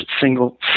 single